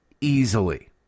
easily